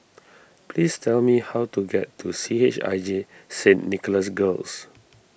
please tell me how to get to C H I J Saint Nicholas Girls